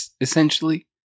essentially